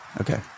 Okay